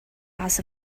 loss